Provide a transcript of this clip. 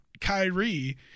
Kyrie